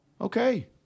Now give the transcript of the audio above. okay